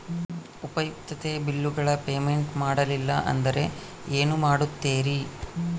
ಉಪಯುಕ್ತತೆ ಬಿಲ್ಲುಗಳ ಪೇಮೆಂಟ್ ಮಾಡಲಿಲ್ಲ ಅಂದರೆ ಏನು ಮಾಡುತ್ತೇರಿ?